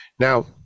Now